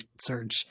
surge